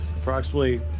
approximately